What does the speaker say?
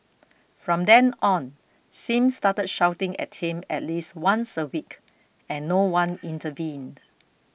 from then on Sim started shouting at him at least once a week and no one intervened